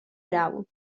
grau